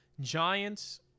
Giants